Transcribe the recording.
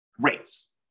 rates